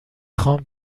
خوام